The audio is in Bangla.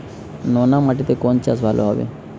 নোনা মাটিতে কোন চাষ ভালো হবে?